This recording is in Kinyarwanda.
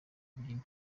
kubyina